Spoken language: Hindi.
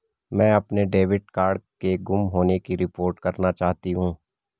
मैं अपने डेबिट कार्ड के गुम होने की रिपोर्ट करना चाहती हूँ